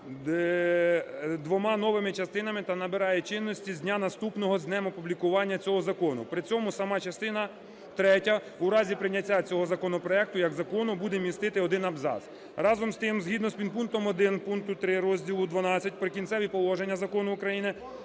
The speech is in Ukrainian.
двома новими частинами та набирає чинності з дня наступного за днем опублікування цього закону. При цьому сама частина третя, у разі прийняття цього законопроекту як закону, буде містити один абзац. Разом з тим, згідно з підпунктом 1 пункту 3 розділу ХІІ "Прикінцеві положення" Закону України